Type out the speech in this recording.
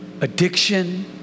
addiction